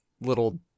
little